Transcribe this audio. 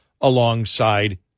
alongside